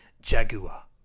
Jaguar